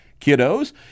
kiddos